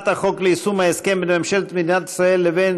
החוק ליישום ההסכם בין ממשלת מדינת ישראל לבין